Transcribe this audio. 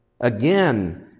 again